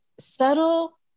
subtle